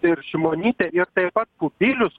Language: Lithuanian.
ir šimonytė ir taip pat kubilius